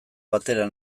batera